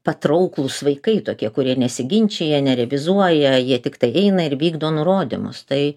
patrauklūs vaikai tokie kurie nesiginčija nerevizuoja jie tiktai eina ir vykdo nurodymus tai